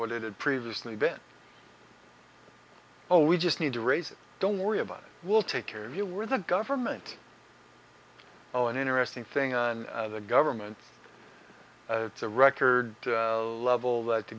had previously been oh we just need to raise it don't worry about it we'll take care of you we're the government oh an interesting thing on the government it's a record level that the